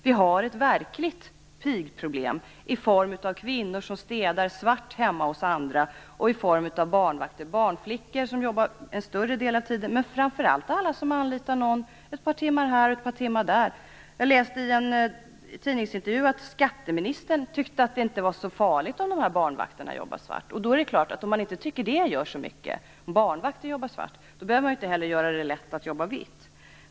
Vi har ett verkligt pigproblem i form av kvinnor som städar svart hemma hos andra och i form av barnvakter. Det handlar om barnflickor som jobbar en större del av tiden, men framför allt alla som anlitar någon ett par timmar här eller där. Jag läste i en tidningsintervju att skatteministern tyckte att det inte var så farligt om dessa barnvakter jobbar svart. Om man inte tycker att det gör så mycket om barnvakter jobbar svart är det klart att man inte heller behöver göra det lätt att jobba vitt.